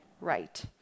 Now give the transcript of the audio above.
right